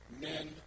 men